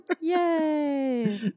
Yay